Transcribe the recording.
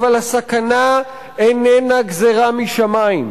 אבל הסכנה איננה גזירה משמים.